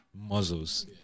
muzzles